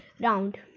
round